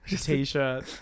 t-shirt